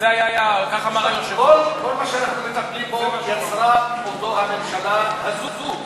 כל מה שאנחנו מטפלים בו יצרה אותו הממשלה הזאת.